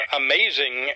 amazing